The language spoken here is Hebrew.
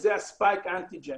וזה ה-ספייק אנטיגן.